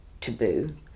taboo